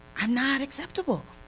i'm not acceptable,